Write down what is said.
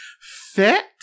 fit